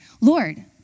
Lord